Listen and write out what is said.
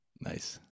Nice